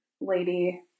lady